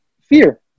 fear